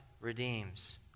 redeems